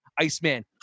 Iceman